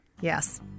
Yes